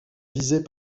visés